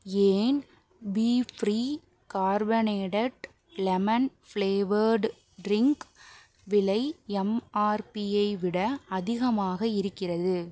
ஏன் பீஃப்ரீ carbonated lemon flavoured drink விலை எம்ஆர்பியை விட அதிகமாக இருக்கிறது